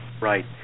Right